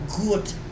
good